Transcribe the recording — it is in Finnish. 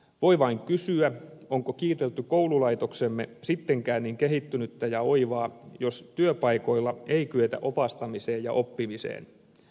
voi vain kysyä onko kiitelty koululaitoksemme sittenkään niin kehittynyt ja oiva jos työpaikoilla ei kyetä opastamiseen ja oppimiseen